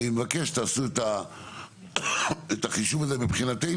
אנחנו נתקן את הקוורום במקרים הדחופים ל-50% במקום שליש מחברי הוועדה.